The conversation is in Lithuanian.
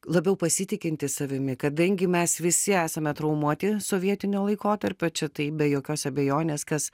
labiau pasitikintis savimi kadangi mes visi esame traumuoti sovietinio laikotarpio čia tai be jokios abejonės kas